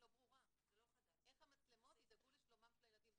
איך המצלמות ישמרו על שלומם של הילדים?